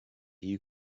you